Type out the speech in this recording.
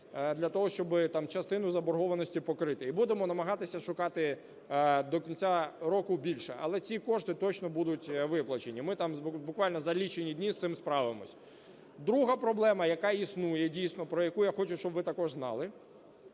для того, щоб частину заборгованості покрити і будемо намагатися шукати до кінця року більше, але ці кошти точно будуть виплачені, ми буквально за лічені дні з цим справимось. Друга проблема, яка існує дійсно, про яку я хочу, щоб ви також знали,